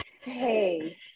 hey